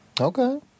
Okay